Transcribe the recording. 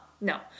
No